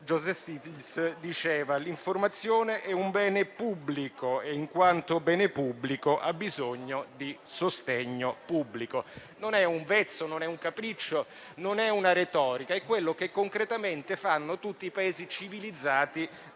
Ebbene, Stiglitz diceva che l'informazione è un bene pubblico e in quanto bene pubblico ha bisogno di sostegno pubblico. Non è un vezzo, non è un capriccio, non è retorica; è quanto concretamente fanno tutti i Paesi civilizzati